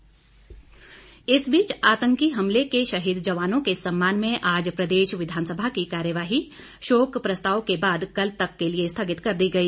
विधानसभा स्थगित इस बीच आतंकी हमले के शहीद जवानों के सम्मान में आज प्रदेश विधानसभा की कार्यवाही शोक प्रस्ताव के बाद कल तक के लिए स्थगित कर दी गई